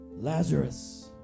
Lazarus